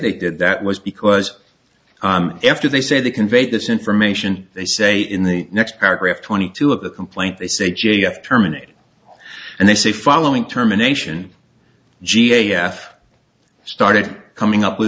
they did that was because after they say they conveyed this information they say in the next paragraph twenty two of the complaint they say j f terminated and they say following terminations ga f started coming up with